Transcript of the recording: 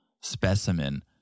specimen